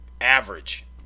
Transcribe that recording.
average